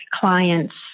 clients